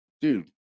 dude